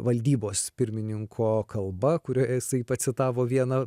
valdybos pirmininko kalba kurioj jisai pacitavo vieną